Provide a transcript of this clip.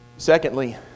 Secondly